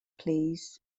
plîs